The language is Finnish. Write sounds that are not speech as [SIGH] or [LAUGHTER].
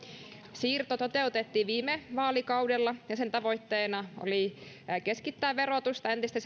siirto toteutettiin viime vaalikaudella ja sen tavoitteena oli keskittää verotusta entistä [UNINTELLIGIBLE]